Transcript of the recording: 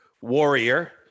warrior